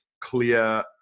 clear